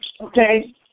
Okay